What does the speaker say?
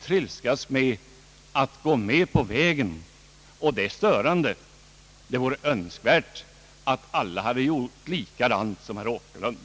trilskas när det gäller att gå med på vägen, och det är störande. Det hade varit önskvärt att alla hade gjort som herr Åkerlund.